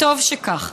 וטוב שכך.